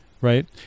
right